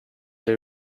they